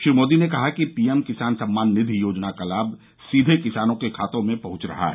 श्री मोदी ने कहा कि पीएम किसान सम्मान निधि योजना का लाभ सीधे किसानों के खातों में पहुंच रहा है